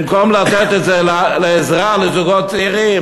במקום לתת את זה לעזרה לזוגות צעירים